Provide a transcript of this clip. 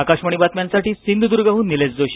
आकाशवाणीच्या बातम्यांसाठी सिंधुदुर्गहून निलेश जोशी